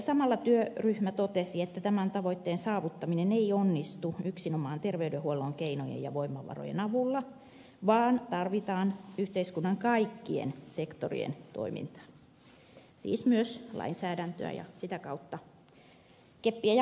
samalla työryhmä totesi että tämän tavoitteen saavuttaminen ei onnistu yksinomaan ter veydenhuollon keinojen ja voimavarojen avulla vaan tarvitaan yhteiskunnan kaikkien sektorien toimintaa siis myös lainsäädäntöä ja sitä kautta keppiä ja porkkanaa